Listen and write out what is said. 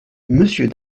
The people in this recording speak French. monsieur